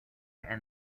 and